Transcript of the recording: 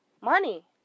money